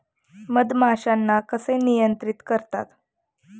मधमाश्यांना कसे नियंत्रित करतात?